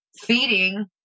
feeding